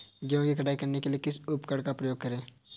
गेहूँ की कटाई करने के लिए किस उपकरण का उपयोग करें?